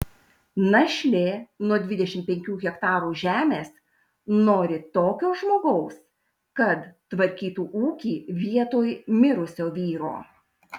našlė nuo dvidešimt penkių hektarų žemės nori tokio žmogaus kad tvarkytų ūkį vietoj mirusio vyro